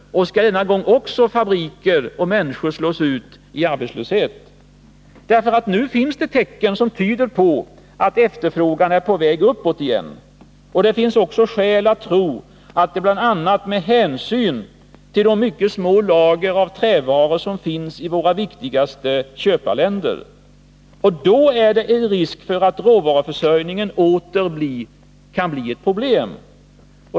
Skall även denna gång fabriker slås ut och människor bli arbetslösa? Nu finns det tecken som tyder på att efterfrågan är på väg uppåt igen. Det finns också skäl att tro detta bl.a. med hänsyn till de mycket små lager av trävaror som finns i våra viktigaste köparländer. Då är det risk för att råvaruförsörjningen åter kan bli ett problem.